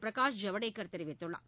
பிரகாஷ் ஜவடேகர் தெரிவித்துள்ளார்